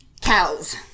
cows